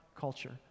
culture